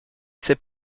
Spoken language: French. s’est